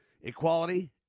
Equality